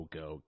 go